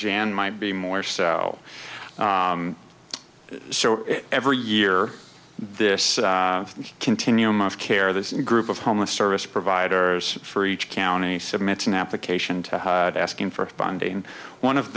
jan might be more cell so every year this continuum of care this group of homeless service providers for each county submit an application to asking for funding one of